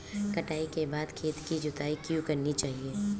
कटाई के बाद खेत की जुताई क्यो करनी चाहिए?